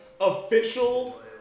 official